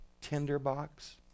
tinderbox